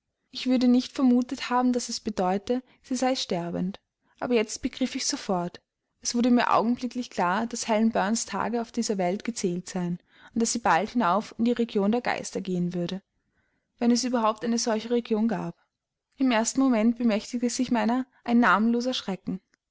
ich würde nicht vermutet haben daß es bedeute sie sei sterbend aber jetzt begriff ich sofort es wurde mir augenblicklich klar daß helen burns tage auf dieser welt gezählt seien und daß sie bald hinauf in die region der geister gehen würde wenn es überhaupt eine solche region gab im ersten moment bemächtigte sich meiner ein namenloser schrecken